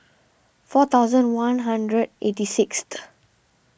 four thousand one hundred eighty sixth